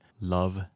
Love